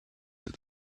that